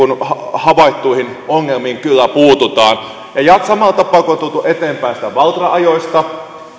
havaittuihin ongelmiin kyllä puututaan ja ja ihan samalla tapaa kuin on tultu eteenpäin sieltä valtra ajoista